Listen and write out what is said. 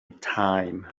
time